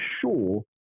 sure